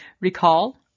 recall